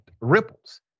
ripples